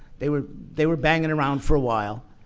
they were they were banging around for a while.